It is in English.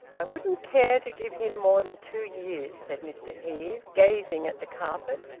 i wouldn't care to give him more than two years, said mr heve, gazing at the carpet,